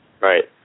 Right